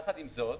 יחד עם זאת,